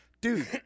Dude